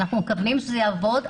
אנחנו מקווים שזה יעבוד.